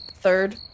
third